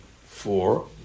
four